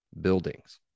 buildings